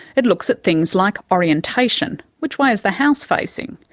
it looks at things like orientation which way is the house facing?